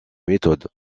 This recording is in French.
méthode